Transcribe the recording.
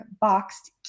boxed